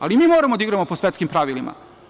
Ali, mi moramo da igramo po svetskim pravilima.